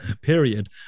period